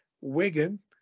Wigan